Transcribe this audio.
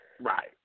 Right